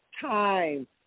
time